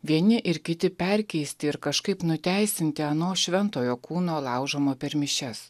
vieni ir kiti perkeisti ir kažkaip nuteisinti ano šventojo kūno laužomo per mišias